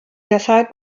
deshalb